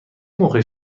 موقع